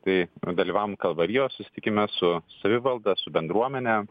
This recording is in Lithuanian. tai dalyvavom kalvarijos susitikime su savivalda su bendruomene